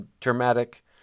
traumatic